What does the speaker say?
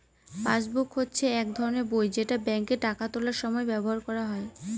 passbook হচ্ছে এক ধরনের বই যেটা ব্যাঙ্কে টাকা তোলার সময় ব্যবহার করা হয়